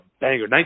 banger